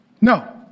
No